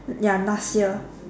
ya last year